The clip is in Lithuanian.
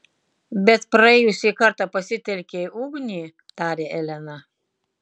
bet praėjusį kartą pasitelkei ugnį tarė elena